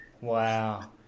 Wow